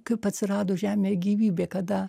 kaip atsirado žemėj gyvybė kada